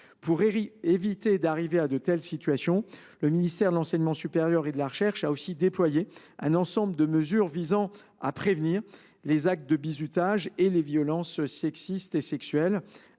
Pour éviter que ne surviennent de telles situations, le ministère de l’enseignement supérieur et de la recherche a aussi déployé un ensemble de mesures visant à prévenir les actes de bizutage et les violences sexistes et sexuelles.